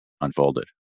unfolded